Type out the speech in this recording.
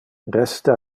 resta